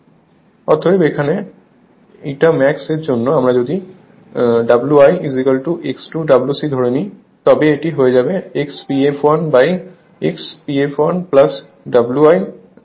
এখন অতএব η এর জন্য আমরা যদি Wi X2 Wc ধরে নিই তবে এটি হয়ে যাবে x P fl x Pfl Wi